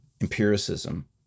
empiricism